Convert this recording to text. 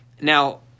Now